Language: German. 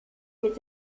mit